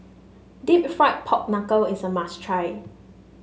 deep fried Pork Knuckle is a must try